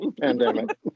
pandemic